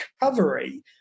recovery